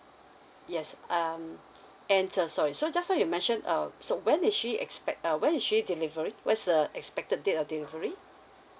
yes um and uh sorry so just now you mentioned um so when did she expect uh when is she delivery when is the expected date of delivery